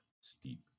steep